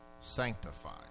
sanctified